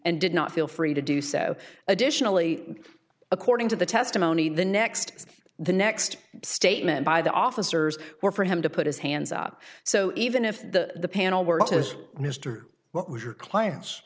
and did not feel free to do so additionally according to the testimony the next the next statement by the officers were for him to put his hands up so even if the panel were not as mr what was your cl